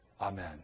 Amen